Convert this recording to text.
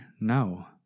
No